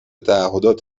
تعهدات